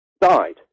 died